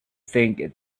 think